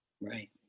Right